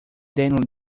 them